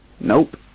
Nope